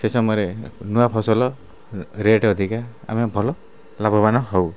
ସେଇ ସମୟରେ ନୂଆ ଫସଲ ରେଟ୍ ଅଧିକା ଆମେ ଭଲ ଲାଭବାନ୍ ହଉ